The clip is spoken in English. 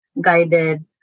guided